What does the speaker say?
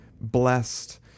blessed